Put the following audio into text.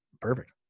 Perfect